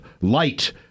light